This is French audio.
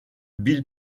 bill